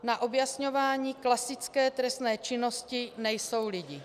Na objasňování klasické trestné činnosti nejsou lidi.